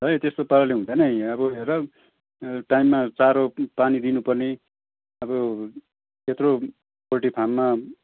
है त्यस्तो पाराले हुँदैन है अबि हेर टाइममा चारो पानी दिनुपर्ने अब त्यत्रो पोल्ट्री फार्ममा